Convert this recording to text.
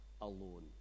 alone